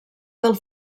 del